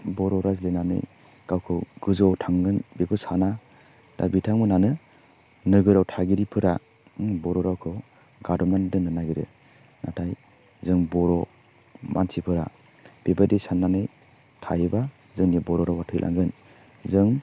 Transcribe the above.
बर' रायज्लायनानै गावखौ गोजौवाव थांगोन बेखौ साना दा बिथांमोनानो नोगोराव थागिरिफोरा बर' रावखौ गादबनानै दोन्नो नागिरो नाथाय जों बर' मानसिफोरा बेबायदि सान्नानै थायोबा जोंनि बर' रावा थैलांगोन जों